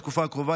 בתקופה הקרובה,